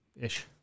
ish